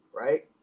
right